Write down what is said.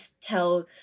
tell